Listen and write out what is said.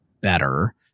better